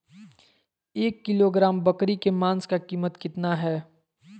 एक किलोग्राम बकरी के मांस का कीमत कितना है?